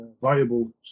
Viable